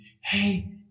hey